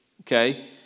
okay